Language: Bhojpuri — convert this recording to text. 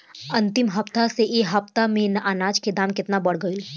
अंतिम हफ्ता से ए हफ्ता मे अनाज के दाम केतना बढ़ गएल?